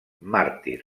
màrtir